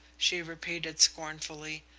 she repeated scornfully.